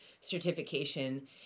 certification